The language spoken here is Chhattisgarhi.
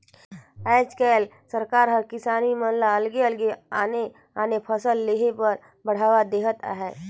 आयज कायल सरकार हर किसान मन ल अलगे अलगे आने आने फसल लेह बर बड़हावा देहत हे